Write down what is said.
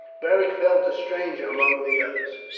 beric felt a stranger among the others.